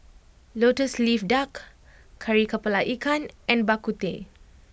Lotus Leaf Duck Kari Kepala Ikan and Bak Kut Teh